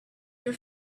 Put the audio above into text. your